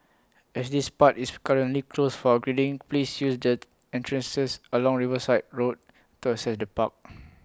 as this part is currently closed for upgrading please use the entrances along Riverside road to access the park